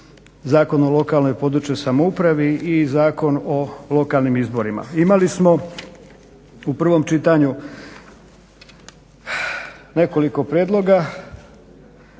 Zakon o lokalnoj i područnoj samoupravi i Zakon o lokalnim izborima. Imali smo u prvom čitanju nekoliko prijedloga